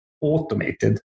automated